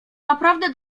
naprawdę